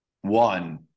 one